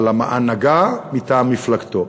על ההנהגה מטעם מפלגתו.